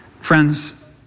Friends